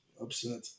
upset